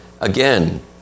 Again